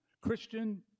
Christian